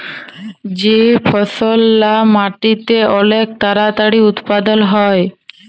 যে ফসললা মাটিতে অলেক তাড়াতাড়ি উৎপাদল হ্যয়